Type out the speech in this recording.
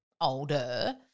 older